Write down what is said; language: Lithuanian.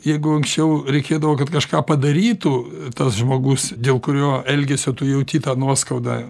jeigu anksčiau reikėdavo kad kažką padarytų tas žmogus dėl kurio elgesio tu jauti tą nuoskaudą